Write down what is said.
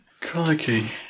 Crikey